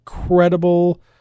Incredible